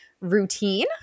routine